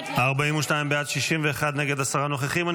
42 בעד, 61 נגד, עשרה נוכחים.